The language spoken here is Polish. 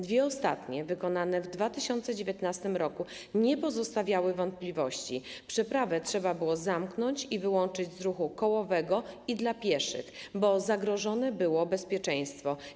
Dwie ostatnie wykonane w 2019 r. nie pozostawiały wątpliwości - przeprawę trzeba było zamknąć i wyłączyć z ruchu kołowego i dla pieszych, bo zagrożone było bezpieczeństwo.